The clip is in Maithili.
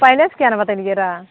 पहिलेसँ किएक नहि बतेलियै रहऽ